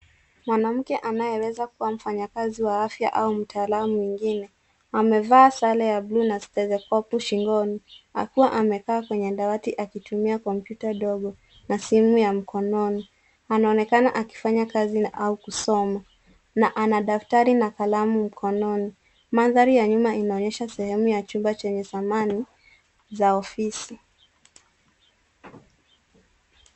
Mwanamke anayeweza kuwa mfanyakazi wa afya au mtaalamu mwingine. Amevaa sare ya bluu na stethoscope shingoni akiwa amekaa kwenye dawati akitumia kompyuta ndogo na simu ya mkononi. Anaonekana akifanya kazi au kusoma na ana daftari na kalamu mkononi. Mandhari ya nyuma inaonyesha sehemu ya chumba chenye samani za ofisi.